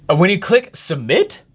when you click submit,